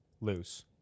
loose